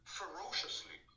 ferociously